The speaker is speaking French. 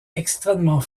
extrêmement